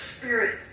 spirit